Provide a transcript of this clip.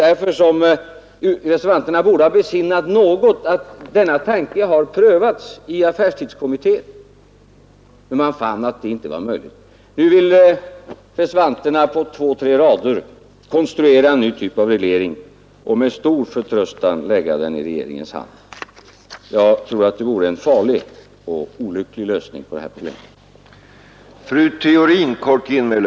Därför borde reservanterna ha besinnat att tanken på en sådan reglering har prövats i affärstidskommittén, som emellertid fann den vara omöjlig att genomföra. I stället vill reservanterna på ett par rader konstruera en ny typ av reglering och med stor förtröstan lägga den i regeringens hand. Jag tror att det vore en farlig och olycklig lösning på det här problemet.